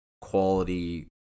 quality